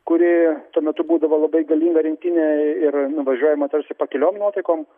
kuri tuo metu būdavo labai galinga rinktinė ir nuvažiuojama tarsi pakiliom nuotaikom